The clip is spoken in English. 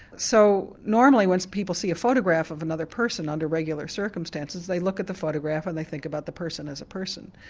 so normally when people see a photograph of another person under regular circumstances they look at the photograph and they think about the person as a person.